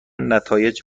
نتایج